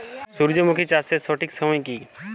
সূর্যমুখী চাষের সঠিক সময় কি?